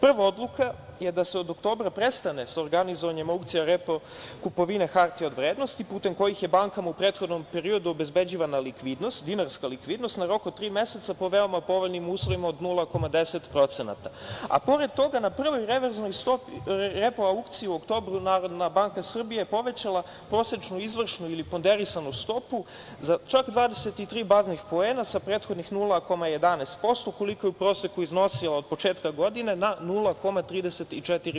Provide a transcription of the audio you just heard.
Prva odluka je da se od oktobra prestane s organizovanjem repoaukcija kupovine hartije od vrednosti putem kojih je bankama u prethodnom periodu obezbeđivana likvidnost, dinarska likvidnost na rok od tri meseca po veoma povoljnim uslovima od 0,10%, a pored toga na prvoj repoaukciji u oktobru Narodna banka Srbije povećala prosečnu izvršnu ili ponderisanu stopu za čak 23 baznih poena sa prethodnih 0,11%, koliko je u proseku iznosila od početka godine, na 0,34%